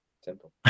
simple